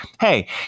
hey